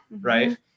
right